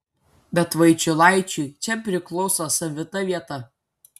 bet vaičiulaičiui čia priklauso savita vieta